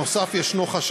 נוסף על כך יש חשש